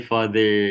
Father